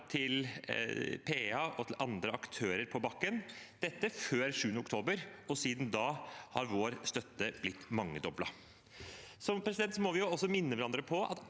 til PA og til andre aktører på bakken – dette før 7. oktober, og siden da har vår støtte blitt mangedoblet. Vi må også minne hverandre på at